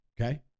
okay